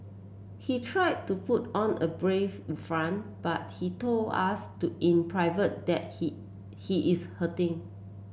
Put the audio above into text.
he try to put on a brave front but he told us to in private that he he is hurting